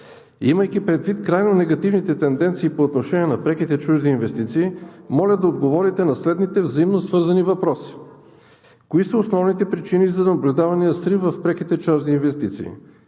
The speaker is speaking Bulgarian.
Имайки предвид трайно негативните тенденции по отношение на преките чужди инвестиции, моля да отговорите на следните взаимосвързани въпроси: кои са основните причини за наблюдавания срив в преките чужди инвестиции;